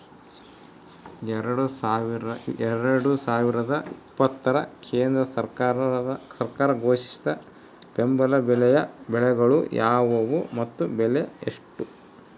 ಎರಡು ಸಾವಿರದ ಇಪ್ಪತ್ತರ ಕೇಂದ್ರ ಸರ್ಕಾರ ಘೋಷಿಸಿದ ಬೆಂಬಲ ಬೆಲೆಯ ಬೆಳೆಗಳು ಯಾವುವು ಮತ್ತು ಬೆಲೆ ಎಷ್ಟು?